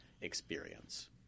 experience